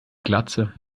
glatze